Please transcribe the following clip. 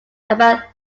about